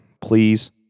Please